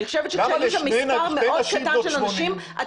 אם זה מספר מאוד קטן של אנשים,